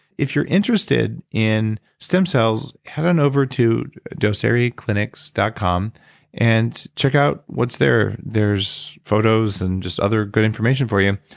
if you're interested in stem cells head on over to docereclinics dot com and check out what's there. there's photos and just other good information for you.